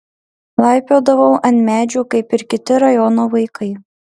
laipiodavau ant medžių kaip ir kiti rajono vaikai